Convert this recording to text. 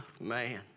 man